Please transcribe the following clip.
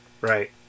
Right